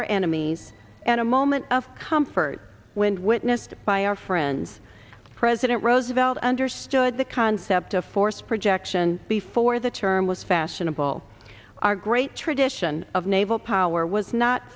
our enemies and a moment of comfort wind witnessed by our friends president roosevelt understood the concept of force projection before the churn was fashionable our great tradition of naval power was not